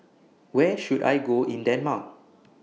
Where should I Go in Denmark